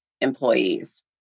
employees